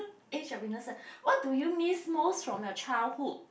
age of innocent what do you miss most from your childhood